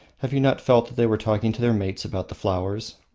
have you not felt that they were talking to their mates about the flowers?